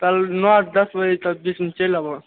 तऽ नओ दस बजे तक बीच मे चैल आबऽ